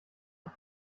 und